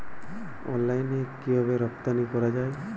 অনলাইনে কিভাবে রপ্তানি করা যায়?